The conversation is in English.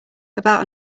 about